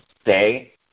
stay